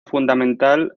fundamental